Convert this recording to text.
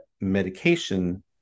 medication